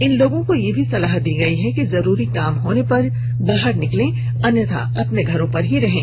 इन लोगों को यह भी सलाह दी गई है कि जरूरी काम होने पर ही बाहर निकलें अन्यथा अपने घरों पर ही रहें